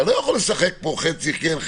אתה לא יכול לשחק פה חצי כן,